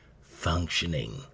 Functioning